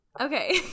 okay